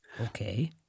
Okay